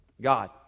God